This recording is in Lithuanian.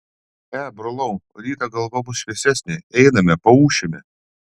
e brolau rytą galva bus šviesesnė einame paūšime